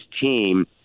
team